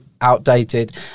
outdated